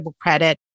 credit